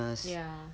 ya